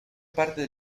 parte